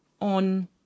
on